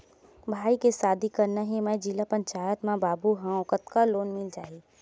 भाई के शादी करना हे मैं जिला पंचायत मा बाबू हाव कतका लोन मिल जाही?